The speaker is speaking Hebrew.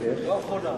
זה לא לכבוד השואל.